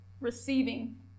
receiving